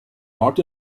not